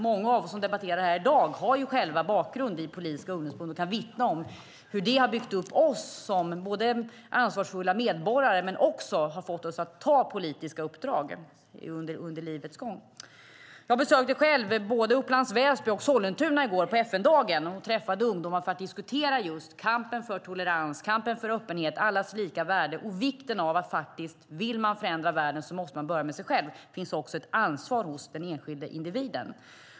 Många av oss som debatterar här i dag har själva bakgrund i politiska ungdomsförbund och kan vittna om hur det har byggt upp oss som ansvarsfulla medborgare och fått oss att ta politiska uppdrag under livets gång. Jag besökte både Upplands Väsby och Sollentuna på FN-dagen i går och träffade ungdomar för att diskutera just kampen för tolerans, öppenhet och allas lika värde samt vikten av att man om man vill förändra världen måste börja med sig själv. Det finns ett ansvar hos den enskilde individen.